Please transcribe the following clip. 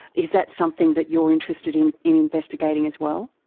is that something that you're interested in in investigating as well?